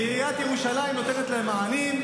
מי היה ראש הממשלה?